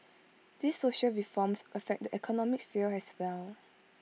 these social reforms affect the economic sphere as well